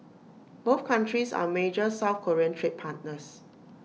both countries are major south Korean trade partners